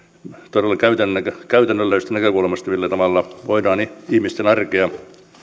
todella käytännönläheisestä näkökulmasta millä tavalla voidaan ihmisten arkea